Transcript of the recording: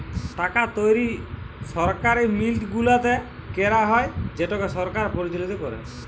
টাকা তৈরি সরকারি মিল্ট গুলাতে ক্যারা হ্যয় যেটকে সরকার পরিচালিত ক্যরে